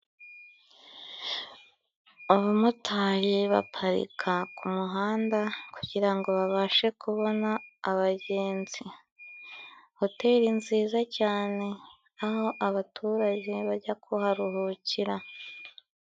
Abamotari baparika ku muhanda kugirango babashe kubona abagenzi, hoteli nziza cyane aho abaturage bajya kuharuhukira.